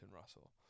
Russell